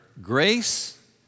grace